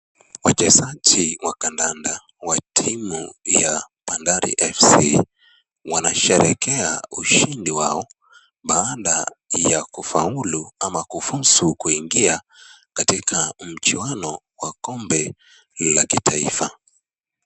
Wachezaji wa kandanda wa timu ya bandari fc wanasherehekea ushindi wao baada ya kufaulu ama kufuzu kuingia katika mchuano wa kombe la kitaifa.